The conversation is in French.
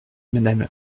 madame